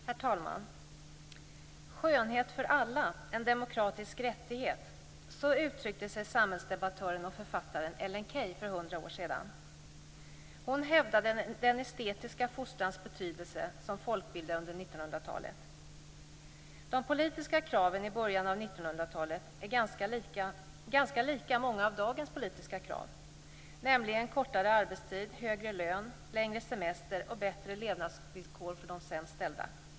Herr talman! Skönhet för alla - en demokratisk rättighet. Så uttryckte sig samhällsdebattören och författaren Ellen Key för 100 år sedan. Hon hävdade den estetiska fostrans betydelse som folkbildare under 1900-talet. De politiska kraven i början av 1900-talet är ganska lika många av dagens politiska krav, nämligen kortare arbetstid, högre lön, längre semester och bättre levnadsvillkor för de sämst ställda.